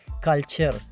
culture